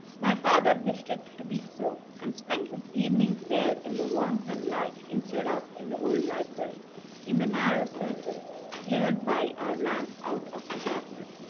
my father wished it to be so, and spent his evenings there in the warmth and light, instead of in the old library in the narrow circle cleared by our lamp out of the darkness,